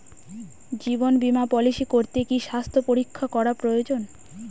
জীবন বীমা পলিসি করতে কি স্বাস্থ্য পরীক্ষা করা প্রয়োজন?